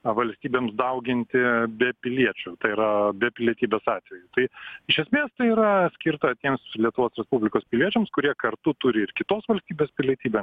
valstybėms dauginti be piliečių tai yra be pilietybės atvejų tai iš esmės tai yra skirta tiems lietuvos respublikos piliečiams kurie kartu turi ir kitos valstybės pilietybę